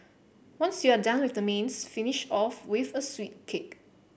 once you're done with the mains finish off with a sweet kick